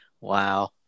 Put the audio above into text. Wow